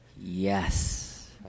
yes